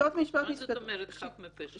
מה זאת אומרת חף מפשע?